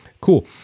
cool